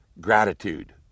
gratitude